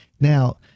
now